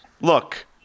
Look